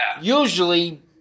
usually